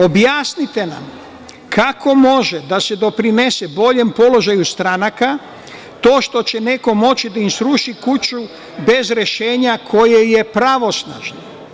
Objasnite nam - kako može da se doprinese boljem položaju stranaka to što će neko moći da im sruši kuću bez rešenja koje je pravosnažno?